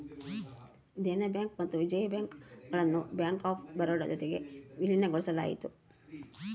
Dena bank ಮತ್ತೆ Vijaya bank ಗುಳ್ನ bank of Baroda ಜೊತಿಗೆ ವಿಲೀನಗೊಳಿಸಲಾಯಿತು